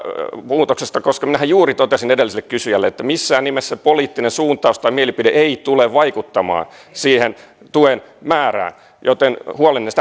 muutoksesta koska minähän juuri totesin edelliselle kysyjälle että missään nimessä poliittinen suuntaus tai mielipide ei tule vaikuttamaan siihen tuen määrään joten huolenne